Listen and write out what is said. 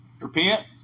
repent